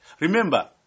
Remember